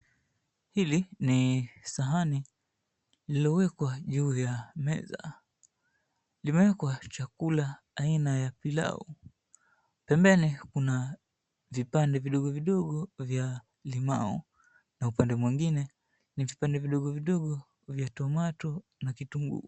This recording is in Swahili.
Hili ni sahani lililowekwa juu ya meza. Limewekwa chakula aina ya pilau. Pembeni kuna vipande vidogo vidogo vya limau na upande mwingine ni vipande vidogo vidogo vya tomato na kitunguu.